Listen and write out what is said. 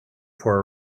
for